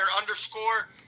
underscore